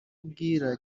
ubwira